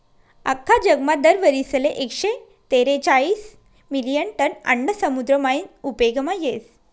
आख्खा जगमा दर वरीसले एकशे तेरेचायीस मिलियन टन आन्न समुद्र मायीन उपेगमा येस